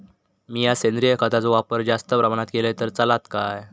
मीया सेंद्रिय खताचो वापर जास्त प्रमाणात केलय तर चलात काय?